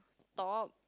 top